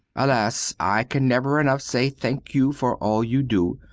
alas, i can never enough say thank you for all you do,